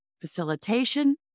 facilitation